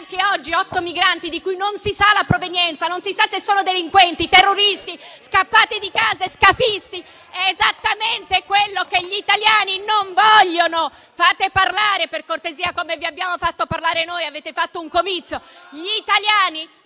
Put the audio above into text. anche oggi otto migranti di cui non si sa la provenienza, non si sa se sono delinquenti, terroristi, scappati di casa o scafisti è esattamente quello che gli italiani non vogliono. *(Commenti).* Fate parlare, per cortesia, come vi abbiamo fatto parlare noi: avete fatto un comizio! *(Commenti).*